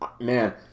man